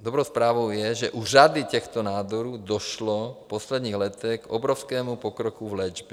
Dobrou zprávou je, že u řady těchto nádorů došlo v posledních letech k obrovskému pokroku v léčbě.